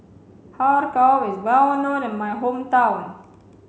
har kow is well known in my hometown